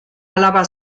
alaba